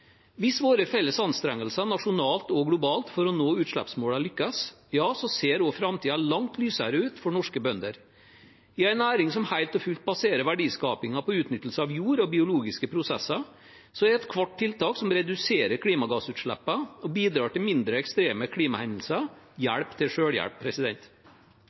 Hvis våre felles anstrengelser nasjonalt og globalt for å nå utslippsmålene lykkes, ser også framtiden langt lysere ut for norske bønder. I en næring som helt og fullt baserer verdiskapingen på utnyttelse av jord og biologiske prosesser, er ethvert tiltak som reduserer klimagassutslippene og bidrar til mindre ekstreme klimahendelser,